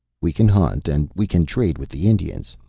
we can hunt and we can trade with the indians,